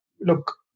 look